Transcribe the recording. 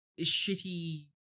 shitty